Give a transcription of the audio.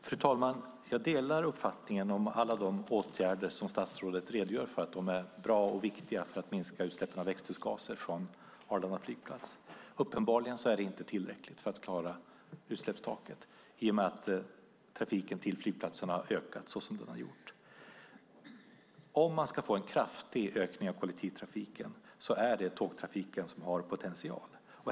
Fru talman! Jag delar uppfattningen om alla de åtgärder som statsrådet redogör för. De är bra och viktiga för att minska utsläppen av växthusgaser från Arlanda flygplats. Uppenbarligen är det inte tillräckligt för att klara utsläppstaket i och med att trafiken till flygplatsen har ökat såsom den har gjort. Om man ska få en kraftig ökning av kollektivtrafiken är det tågtrafiken som har potential.